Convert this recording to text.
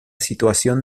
situación